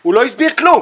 הוא לא הסביר כלום.